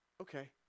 okay